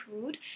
food